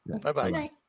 bye-bye